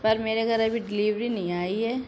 پر میرے گھر ابھی ڈیلیوری نہیں آئی ہے